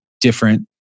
different